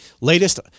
latest